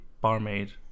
barmaid